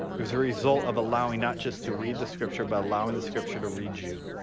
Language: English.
it's a result of allowing not just to read the scripture but allowing the scripture to read you.